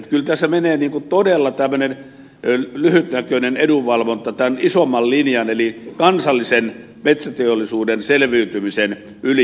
kyllä tässä menee todella tämmöinen lyhytnäköinen edunvalvonta tämän isomman linjan eli kansallisen metsäteollisuuden selviytymisen yli